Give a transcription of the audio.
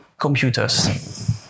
computers